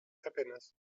happiness